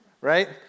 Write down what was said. Right